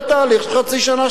זה תהליך של חצי שנה,